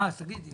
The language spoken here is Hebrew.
אה, אז תגידי.